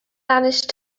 vanished